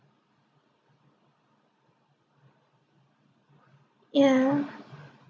ya